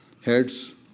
heads